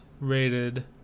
rated